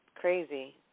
crazy